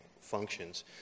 functions